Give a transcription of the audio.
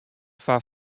foar